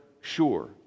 sure